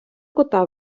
кота